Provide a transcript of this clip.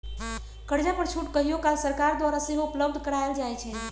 कर्जा पर छूट कहियो काल सरकार द्वारा सेहो उपलब्ध करायल जाइ छइ